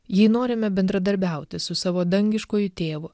jei norime bendradarbiauti su savo dangiškuoju tėvu